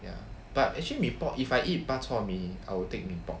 ya but actually mee pok if I eat bak chor mee I will take mee pok